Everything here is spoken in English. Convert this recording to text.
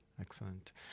Excellent